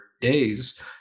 days